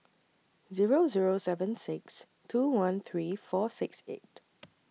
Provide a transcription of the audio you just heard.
Zero Zero seven six two one three four six eight